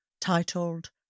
titled